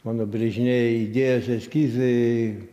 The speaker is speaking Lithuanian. mano brėžiniai idėjos eskizai